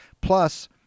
Plus